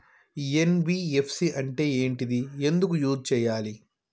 NBFC అంటే ఏంటిది ఎందుకు యూజ్ చేయాలి?